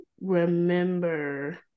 remember